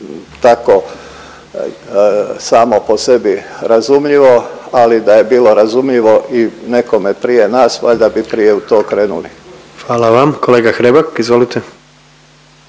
tako samo po sebi razumljivo, ali da je bilo razumljivo i nekome prije nas valjda bi prije u to krenuli. **Jandroković, Gordan